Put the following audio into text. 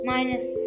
Minus